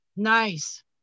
Nice